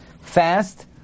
fast